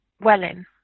wellin